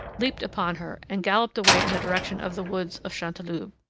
leaped upon her, and galloped away in the direction of the woods of chanteloube.